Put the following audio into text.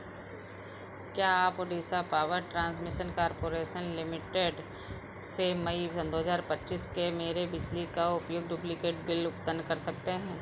क्या आप Odisha power transmission corporation limited से मई दो हज़ार पच्चीस के मेरे बिजली का उपयोग डुप्लिकेट बिल भुगतान कर सकते हैं